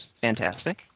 fantastic